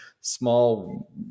small